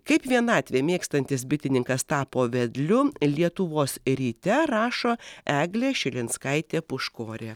kaip vienatvę mėgstantis bitininkas tapo vedliu lietuvos ryte rašo eglė šilinskaitė puškorė